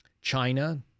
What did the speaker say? China